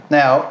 now